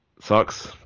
Sucks